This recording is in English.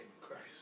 Christ